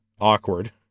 awkward